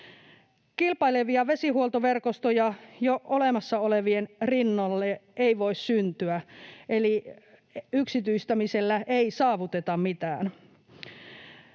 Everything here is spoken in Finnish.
Kilpailevia vesihuoltoverkostoja jo olemassa olevien rinnalle ei voi syntyä, eli yksityistämisellä ei saavuteta mitään.